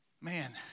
Man